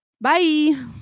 bye